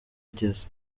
igeze